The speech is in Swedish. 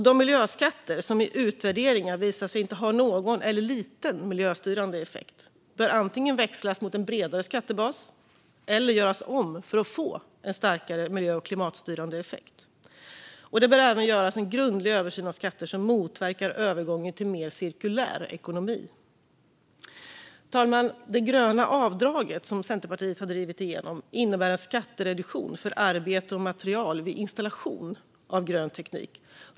De miljöskatter som i utvärderingar visar sig inte ha någon eller enbart en liten miljöstyrande effekt bör antingen växlas mot en bredare skattebas eller göras om för att få en starkare miljö och klimatstyrande effekt. Det bör även göras en grundlig översyn av skatter som motverkar övergången till mer cirkulär ekonomi. Fru talman! Det gröna avdraget som Centerpartiet har drivit igenom innebär en skattereduktion för arbete och material vid installation av grön teknik.